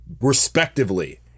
respectively